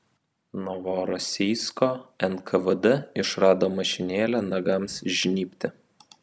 novorosijsko nkvd išrado mašinėlę nagams žnybti